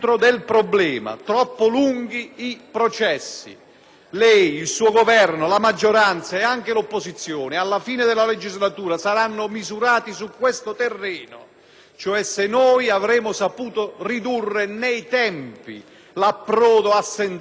Lei, il suo Governo, la maggioranza ed anche l'opposizione alla fine alla legislatura saremo misurati su questo terreno: se avremo saputo ridurre nei tempi l'approdo alle sentenze, sia nel settore penale che in quello civile.